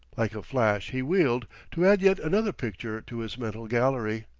like a flash he wheeled, to add yet another picture to his mental gallery.